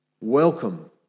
Welcome